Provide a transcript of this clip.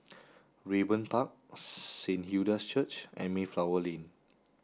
Raeburn Park Saint Hilda's Church and Mayflower Lane